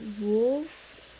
rules